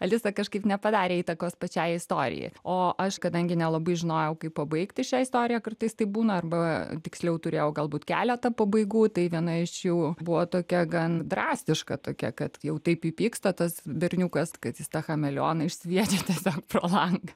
alisa kažkaip nepadarė įtakos pačiai istorijai o aš kadangi nelabai žinojau kaip pabaigti šią istoriją kartais taip būna arba tiksliau turėjau galbūt keletą pabaigų tai viena iš jų buvo tokia gan drastiška tokia kad jau taip įpyksta tas berniukas kad jis tą chameleoną išsviedžia tiesiog pro langą